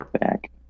Back